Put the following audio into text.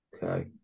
Okay